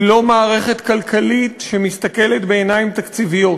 היא לא מערכת כלכלית שמסתכלת בעיניים תקציביות.